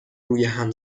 رویهم